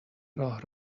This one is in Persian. راه